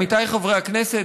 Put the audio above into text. עמיתיי חברי הכנסת,